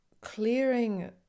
clearing